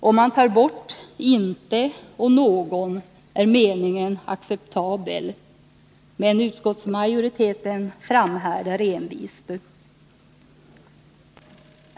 Om man tar bort ”inte” och ”någon” är meningen acceptabel. Men utskottsmajoriteten framhärdar envist.